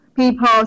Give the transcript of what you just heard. People